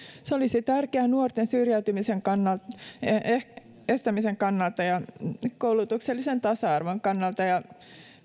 se olisi tärkeää nuorten syrjäytymisen estämisen kannalta ja koulutuksellisen tasa arvon kannalta ja